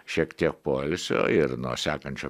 šiek tiek poilsio ir nuo sekančio